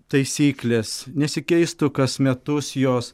taisyklės nesikeistų kas metus jos